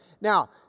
now